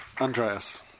andreas